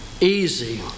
easy